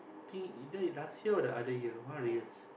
think either last year or the other year one of the years